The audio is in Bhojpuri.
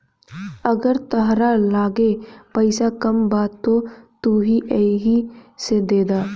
अगर तहरा लगे पईसा कम बा त तू एही से देद